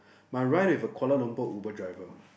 my ride with a Kuala-Lumpur Uber driver